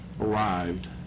arrived